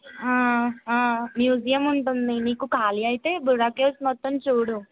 museum ఉంటుంది మీకు ఖాళీ అయితే బుర్రా కేవ్స్ మొత్తం చూడు